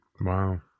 Wow